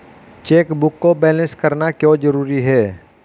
Chequebook को balance करना क्यों जरूरी है?